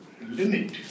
limit